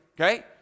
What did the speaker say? okay